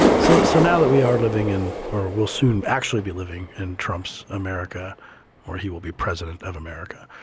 so so now that we are living in or we will soon actually be living in trump's america or he will be president of america,